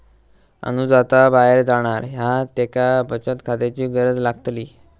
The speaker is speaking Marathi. अनुज आता बाहेर जाणार हा त्येका बचत खात्याची गरज लागतली